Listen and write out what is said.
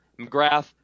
McGrath